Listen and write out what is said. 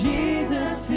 Jesus